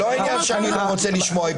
זה לא עניין שאני לא רוצה לשמוע.